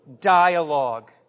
dialogue